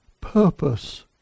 purpose